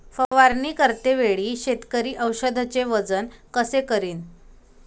फवारणी करते वेळी शेतकरी औषधचे वजन कस करीन?